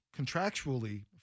contractually